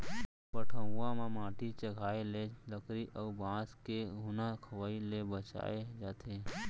पटउहां म माटी चघाए ले लकरी अउ बांस के घुना खवई ले बचाए जाथे